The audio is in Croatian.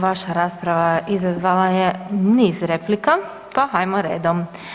Vaša rasprava izazvala je niz replika, pa hajmo redom.